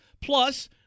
Plus